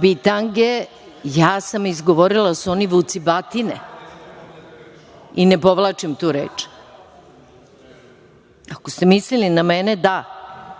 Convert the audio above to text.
bitange, ja sam izgovorila da su oni vucibatine i ne povlačim tu reč. Ako ste mislili na mene, da,